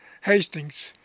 Hastings